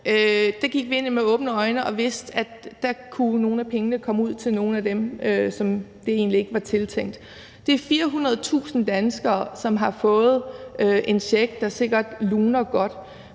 Det gik vi ind i med åbne øjne, og vi vidste, at der kunne nogle af pengene komme ud til nogle, som de egentlig ikke var tiltænkt. Med hensyn til de 400.000 danskere, der har fået en check, der sikkert luner godt,